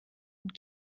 und